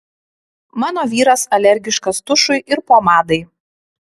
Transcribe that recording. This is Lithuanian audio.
mano vyras alergiškas tušui ir pomadai